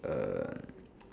uh